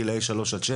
גילאי 3-6,